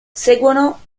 seguono